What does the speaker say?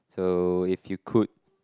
so if you could